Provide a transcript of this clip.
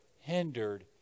hindered